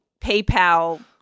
PayPal